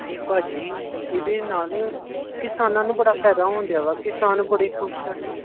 ਨਹੀਂ ਭਾਅ ਜੀ ਇਹਦੇ ਨਾਲ ਕਿਸਾਨਾਂ ਨੂੰ ਬੜਾ ਫਾਇਦਾ ਹੋਣ ਦਿਆ ਵਾ ਕਿਸਾਨ ਬੜੇ ਖੁਸ਼ ਹੈ